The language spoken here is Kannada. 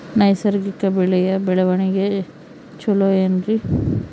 ನೈಸರ್ಗಿಕ ಬೆಳೆಯ ಬೆಳವಣಿಗೆ ಚೊಲೊ ಏನ್ರಿ?